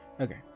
Okay